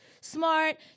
smart